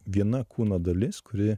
viena kūno dalis kuri